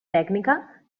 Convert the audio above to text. tècnica